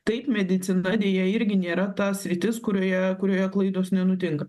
taip medicina deja irgi nėra ta sritis kurioje kurioje klaidos nenutinka